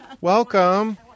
Welcome